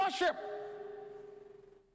Worship